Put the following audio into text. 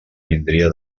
vindria